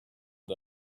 day